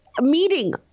meeting